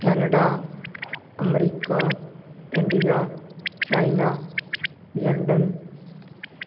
Canada America India China London